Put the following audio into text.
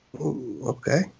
Okay